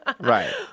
right